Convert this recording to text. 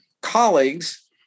colleagues